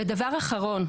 דבר אחרון,